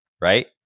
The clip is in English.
right